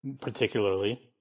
particularly